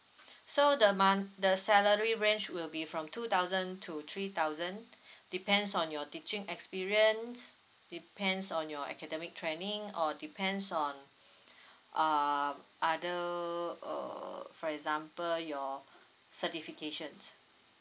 so the month the salary range will be from two thousand to three thousand depends on your teaching experience depends on your academic training or depends on uh other err for example your certifications